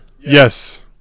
Yes